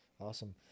Awesome